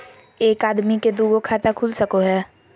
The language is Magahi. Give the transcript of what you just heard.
एक आदमी के दू गो खाता खुल सको है?